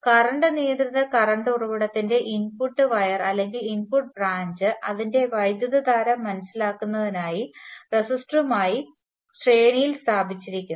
current നിയന്ത്രിത current ഉറവിടത്തിന്റെ input wire അല്ലെങ്കിൽ ഇൻപുട്ട് ബ്രാഞ്ച് അതിന്റെ വൈദ്യുതധാര മനസ്സിലാക്കുന്നതിനായി റെസിസ്റ്ററുമായി ശ്രേണിയിൽ സ്ഥാപിച്ചിരിക്കുന്നു